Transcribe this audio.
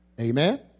Amen